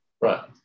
Right